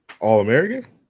all-american